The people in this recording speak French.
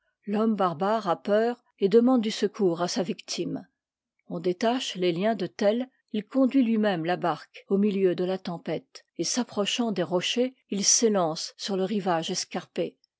l'homme barbare a peur et demande du secours à sa victime on détache les liens de tell il conduit lui-même la barque au milieu de la tempête et s'approchant des rochers il s'élance sur le rivage